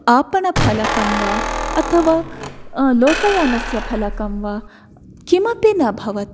आपणफलकं वा अथवा लोकयानस्य फलकं वा किमपि न भवति